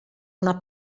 una